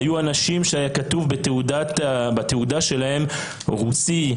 היו אנשים שהיה כתוב בתעודה שלהם רוסי,